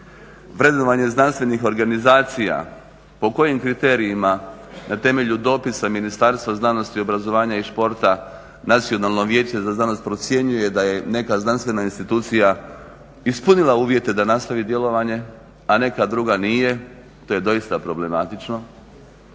Vrednovanje znanstvenih organizacija po kojim kriterijima na temelju dopisa Ministarstva znanosti, obrazovanja i športa Nacionalno vijeće za znanost procjenjuje da je neka znanstvena institucija ispunila uvjete da nastavi djelovanje, a neka druga nije, to je doista problematično.